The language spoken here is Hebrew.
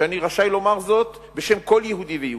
שאני רשאי לומר זאת בשם כל יהודי ויהודי,